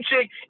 chick